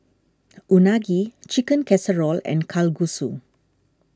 Unagi Chicken Casserole and Kalguksu